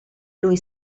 lui